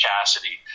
Cassidy